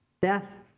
death